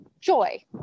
Joy